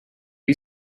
you